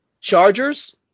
chargers